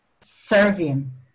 serving